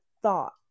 thought